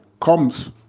comes